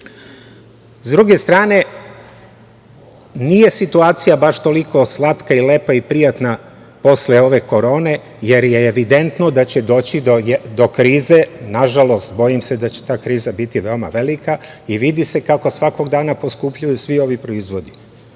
za televiziju. Nije situacija baš toliko slatka, lepa i prijatna posle ove korone, jer je evidentno da će doći do krize. Nažalost, bojim se da će ta kriza biti veoma velika i vidi se kako svakog dana poskupljuju svi ovi proizvodi.